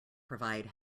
provide